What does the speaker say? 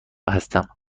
هستم